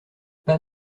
pas